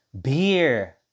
Beer